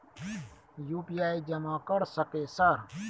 UPI जमा कर सके सर?